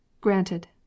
GRANTED